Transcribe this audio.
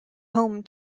home